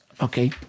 okay